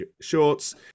shorts